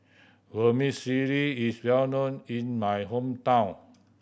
vermicelli is well known in my hometown